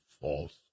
false